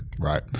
Right